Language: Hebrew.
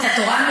התורה לא מספיק?